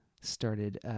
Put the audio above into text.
started